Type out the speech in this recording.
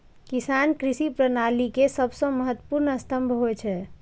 किसान कृषि प्रणाली के सबसं महत्वपूर्ण स्तंभ होइ छै